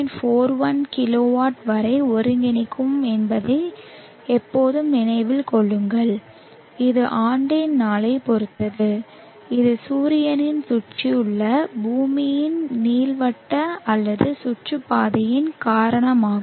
41 kilowatt வரை ஒருங்கிணைக்கும் என்பதை எப்போதும் நினைவில் கொள்ளுங்கள் இது ஆண்டின் நாளைப் பொறுத்தது இது சூரியனைச் சுற்றியுள்ள பூமியின் நீள்வட்ட அல்லது சுற்றுப்பாதையின் காரணமாகும்